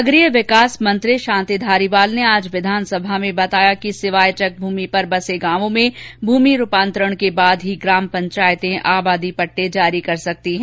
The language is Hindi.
नगरीय विकास मंत्री शांति धारीवाल ने विधानसभा में बताया कि सिवायचक भूमि पर बसे गाँवों में भूमि रूपान्तरण के बाद ही ग्राम पंचायतें आबादी पट्टे जारी कर सकती है